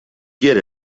get